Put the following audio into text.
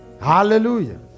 hallelujah